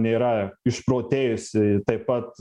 nėra išprotėjusi ir taip pat